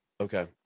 okay